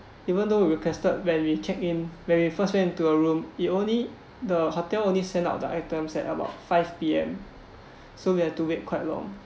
even though we requested when we check in when we first went into the room it only the hotel only send out the items at about five P_M so we had to wait quite long